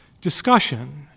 discussion